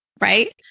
right